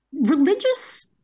Religious